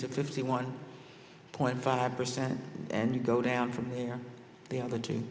to fifty one point five percent and you go down from here the other two